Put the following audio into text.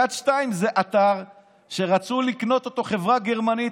יד 2 זה אתר שרצתה לקנות אותו חברה גרמנית,